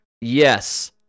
Yes